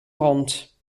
rond